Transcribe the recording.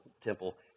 temple